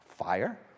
Fire